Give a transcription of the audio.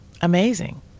amazing